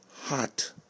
hot